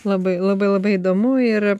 labai labai labai įdomu ir